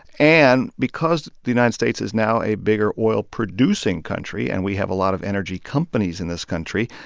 and because the united states is now a bigger oil-producing country and we have a lot of energy companies in this country,